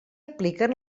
apliquen